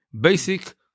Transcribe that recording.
basic